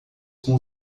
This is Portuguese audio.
com